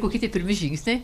koki tie pirmi žingsniai